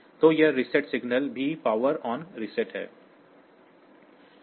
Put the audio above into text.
तो यह reset signal भी पावर ऑन रीसेट है